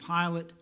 Pilate